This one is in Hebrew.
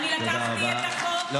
אני לקחתי את החוק, תודה רבה.